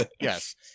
Yes